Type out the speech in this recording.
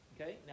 Okay